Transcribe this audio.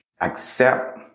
accept